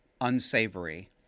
unsavory